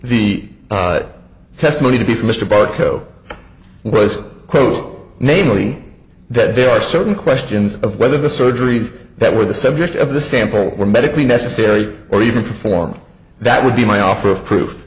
the testimony to be for mr barco was quote namely that there are certain questions of whether the surgeries that were the subject of the sample were medically necessary or even performed that would be my offer of proof